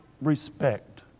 respect